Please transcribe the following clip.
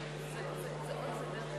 להזכירכם,